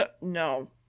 No